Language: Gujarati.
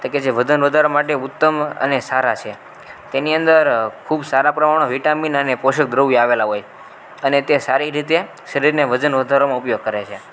તો કહે જે વજન વધારવા માટે ઉત્તમ અને સારા છે તેની અંદર ખૂબ સારા પ્રમાણમાં વિટામિન અને પોષક દ્રવ્યો આવેલાં હોય અને તે સારી રીતે શરીરને વજન વધારવામાં ઉપયોગ કરે છે